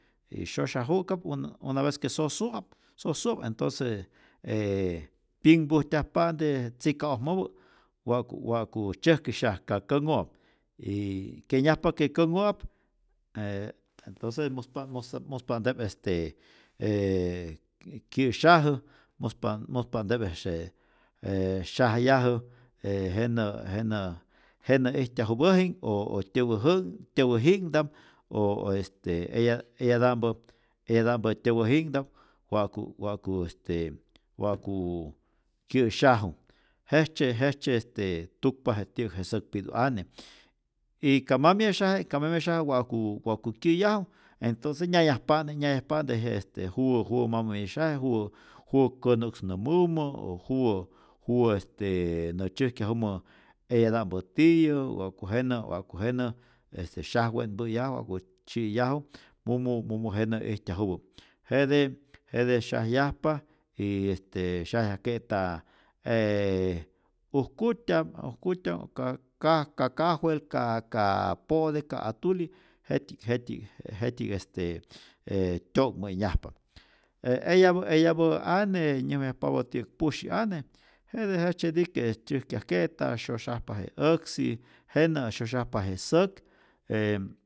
Y syosyaju'ka'p un una vez que sosu'ap sosu'ap entonce ee pyinhpujtyjajpa'nte tzika'ojmäpä wa'ku wa'ku tzyäjkisyaj ka kä'nhü'ap, y kyenyajpa que känh'u'p e entonce muspap muspap muspa'nte'p e kyä'sayajä, muspa'nte'p este e syajyajä e jenä' jenä' jenä' ijtyajupäji'k o tyäwäjä'k tyäwäji'knhta'p, o este eya eyata'mpä eyata'mpä tyäwäji'knhta'p wa'ku wa'ku este wa'ku kyä'syaju, jejtzye jejtzye este tukpa je ti'yäk je säkpitu ane y ka ma myesaje, ka ma myesayeje wa'ku wa'ku kyäyaju, entonce nyayajpa'nte nyayajpa'nte je este juwä juwä ma myesyaje juwä konu'ksnämumä o juwä juwä nä tzyäjkyajumä eyata'mpä tiyä wa'ku jenä wa'ku jenä este syajwe'npä'yajä, wa'ku tzyi'yaju mumu mumu jenä ijtyajupä, jete jete syajyajpa y este syajyajke'ta ujkutya'm ujkutya'p ka ka kajwel, ka ka po'te, ka atuli', jetyji'k jetyji'k jetyji'k este e tyo'nhmä'nyajpa, e eyapä eyapä ane nyäjmayajpapä tiyäk pu'syi ane, jete jejtzyetike' tzyäjkyajke'ta, syosyajpa je äksi, jenä' syosyajpa je säk e